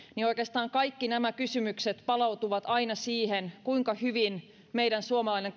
oikeastaan kaikki nämä kysymykset palautuvat aina siihen kuinka hyvin meidän suomalainen